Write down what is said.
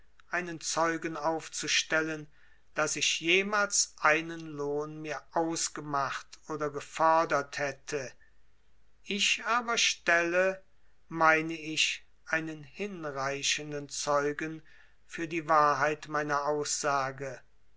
einen zeugen aufzustellen daß ich jemals einen lohn mir ausgemacht oder gefordert hätte ich aber stelle meine ich einen hinreichenden zeugen für die wahrheit meiner aussage